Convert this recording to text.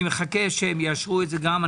אני מחכה שיאשרו את זה גם.